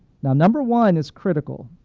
number one is critical.